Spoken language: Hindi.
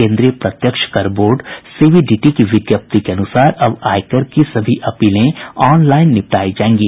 केंद्रीय प्रत्यक्ष कर बोर्ड सीबीडीटी की विज्ञप्ति के अनुसार अब आयकर की सभी अपीलें ऑनलाईन निपटाई जाएंगी